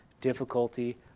difficulty